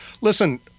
Listen